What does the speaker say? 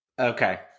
Okay